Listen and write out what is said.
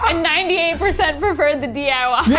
ah ninety eight percent preferred the diy. yay!